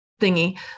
thingy